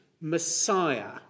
Messiah